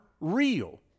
real